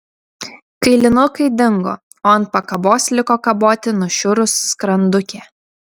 kailinukai dingo o ant pakabos liko kaboti nušiurus skrandukė